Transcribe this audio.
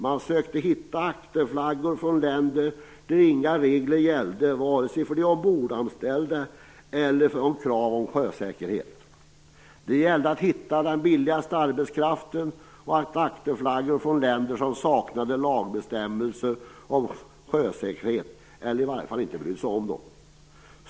Man sökte hitta akterflaggor från länder där inga regler gällde för de ombordanställda och där det inte fanns några krav om sjösäkerhet. Det gällde att hitta den billigaste arbetskraften och akterflaggor från länder som saknade lagbestämmelser om sjösäkerhet, eller i varje fall inte brydde sig om detta.